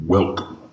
Welcome